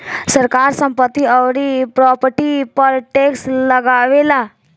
सरकार संपत्ति अउरी प्रॉपर्टी पर टैक्स लगावेला